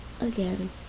Again